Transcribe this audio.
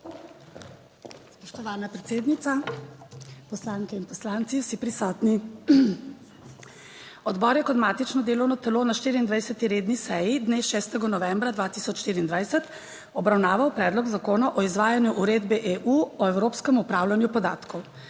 Spoštovana predsednica, poslanke in poslanci, vsi prisotni! Odbor je kot matično delovno telo na 24. redni seji dne 6. novembra 2024 obravnaval Predlog zakona o izvajanju uredbe EU o evropskem upravljanju podatkov.